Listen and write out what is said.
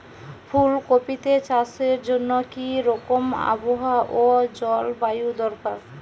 ফুল কপিতে চাষের জন্য কি রকম আবহাওয়া ও জলবায়ু দরকার?